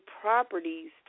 properties